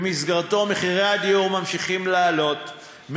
שבמסגרתו מחירי הדיור ממשיכים לעלות,